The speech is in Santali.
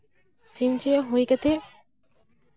ᱥᱤᱢ ᱪᱮᱜ ᱦᱩᱭ ᱠᱟᱛᱮᱜ